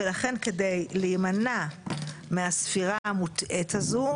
ולכן כדי להימנע מהספירה המוטעית הזאת,